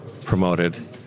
promoted